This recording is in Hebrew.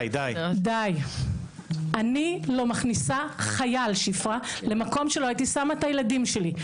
אני לא מכניסה חייל למקום שלא הייתי שמה את הילדים שלי,